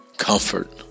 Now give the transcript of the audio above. Comfort